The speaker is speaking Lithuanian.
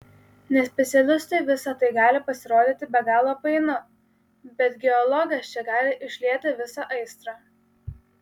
nespecialistui visa tai gali pasirodyti be galo painu bet geologas čia gali išlieti visą aistrą